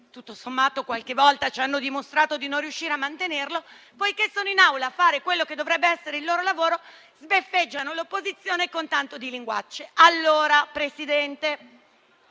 (visto che qualche volta ci hanno dimostrato di non riuscire a mantenerlo), poiché è in Aula a fare quello che dovrebbe essere il proprio lavoro, sbeffeggia l'opposizione con tanto di linguacce. Signora Presidente,